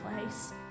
place